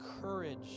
courage